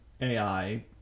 AI